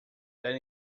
that